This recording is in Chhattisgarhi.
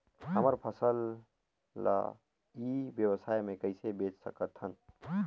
हमर फसल ल ई व्यवसाय मे कइसे बेच सकत हन?